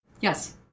Yes